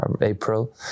April